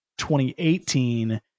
2018